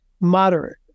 moderate